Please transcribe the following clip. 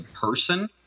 person